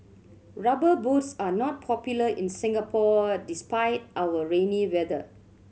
Rubber Boots are not popular in Singapore despite our rainy weather